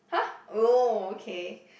!huh! oh okay